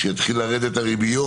כשיתחילו לרדת הריביות,